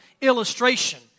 illustration